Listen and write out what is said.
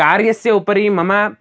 कार्यस्य उपरि मम